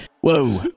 whoa